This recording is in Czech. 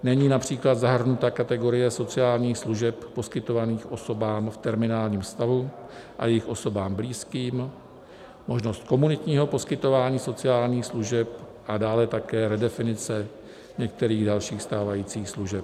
Není například zahrnuta kategorie sociálních služeb poskytovaných osobám v terminálním stavu a jejich osobám blízkým, možnost komunitního poskytování sociálních služeb a dále také redefinice některých dalších stávajících služeb.